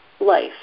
life